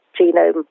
genome